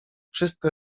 wszystko